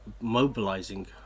mobilizing